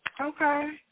Okay